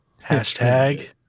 hashtag